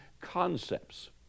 concepts